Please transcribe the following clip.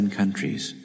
countries